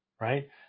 right